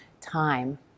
time